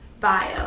Bio